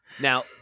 Now